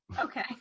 Okay